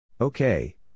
Okay